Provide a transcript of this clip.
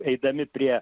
eidami prie